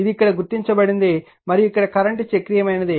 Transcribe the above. ఇది ఇక్కడ గుర్తించబడింది మరియు ఇక్కడ కరెంట్ చక్రీయమైనది